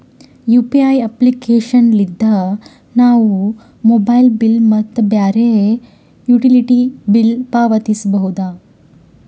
UPI application ಲಿದ್ದ ನಾವು mobile bill ಮತ್ತು ಬ್ಯಾರೆ ಯುಟಿಲಿಟಿ ಬಿಲ್ ಪಾವತಿಸಬೋದು